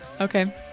okay